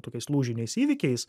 tokiais lūžiniais įvykiais